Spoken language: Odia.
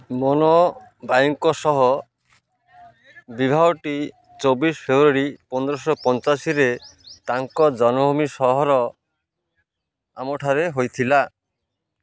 ମନ୍ ବାଇଙ୍କ ସହ ବିବାହଟି ଚବିଶ ଫେବୃଆରୀ ପନ୍ଦରଶହ ପାଞ୍ଚାଅଶୀରେ ତାଙ୍କ ଜନ୍ମଭୂମି ସହର ଆମେର୍ଠାରେ ହୋଇଥିଲା